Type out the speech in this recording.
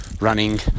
running